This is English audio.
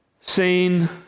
seen